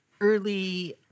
early